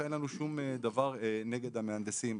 אין לנו שום דבר נגד המהנדסים,